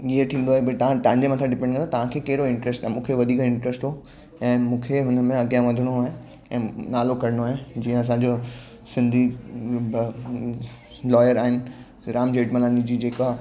ईअं थींदो आहे भई तव्हांजे मथां डिपेंड आहे तव्हांखे कहिड़ो इंटरेस्ट आहे मूंखे वधीक इंटरेस्ट हुओ ऐं मूंखे उनमें अॻियां वधणो आहे ऐं नालो करणो आहे जीअं असांजो सिंधी लॉयर आहिनि राम जेठमलानी जी जेका असांजे देश जो बि नालो हुननि वधायो आहे तीअं मूंखे बि अॻियां हली करे मुंहिंजो नालो करणो आहे थैंक यू